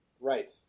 Right